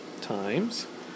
times